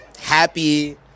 Happy